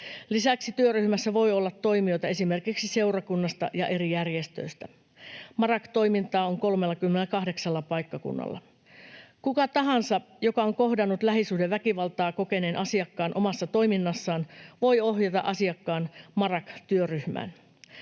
Lisäksi työryhmässä voi olla toimijoita esimerkiksi seurakunnasta ja eri järjestöistä. MARAK-toimintaa on 38 paikkakunnalla. Kuka tahansa, joka on kohdannut lähisuhdeväkivaltaa kokeneen asiakkaan omassa toiminnassaan, voi ohjata asiakkaan MARAK-työryhmään.